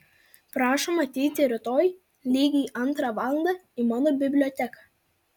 prašom ateiti rytoj lygiai antrą valandą į mano biblioteką